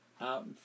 out